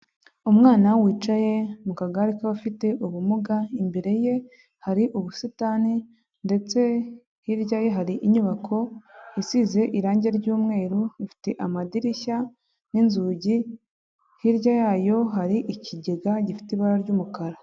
Umwana wicaye mu kagare k'abafite ubumuga, imbere ye hari ubusitani ndetse hirya ye hari inyubako isize irangi ry'umweru, ifite amadirishya n'inzugi, hirya yayo hari ikigega gifite ibara ry'umukara.